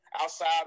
outside